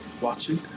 watching